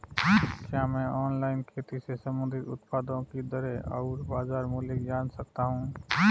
क्या मैं ऑनलाइन खेती से संबंधित उत्पादों की दरें और बाज़ार मूल्य जान सकता हूँ?